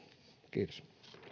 kiitos